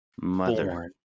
Mother